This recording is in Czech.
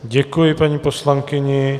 Děkuji paní poslankyni.